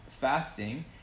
fasting